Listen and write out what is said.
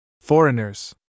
foreigners